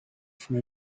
from